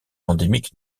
endémique